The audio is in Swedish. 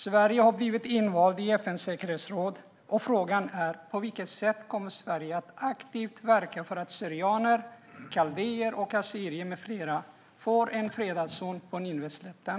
Sverige har blivit invalt i FN:s säkerhetsråd, och frågan är: På vilket sätt kommer Sverige att aktivt verka för att syrianer, kaldéer, assyrier med flera får en fredad zon på Nineveslätten?